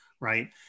right